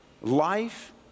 Life